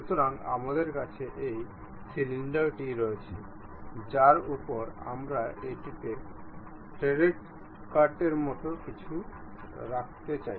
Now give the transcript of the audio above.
সুতরাং আমাদের কাছে এই সিলিন্ডারটি রয়েছে যার উপর আমরা এটিতে থ্রেডেড কাটের মতো কিছু রাখতে চাই